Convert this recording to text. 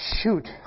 Shoot